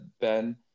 Ben